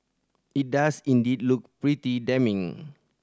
it does indeed look pretty damning